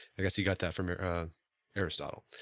i guess he got that from aristotle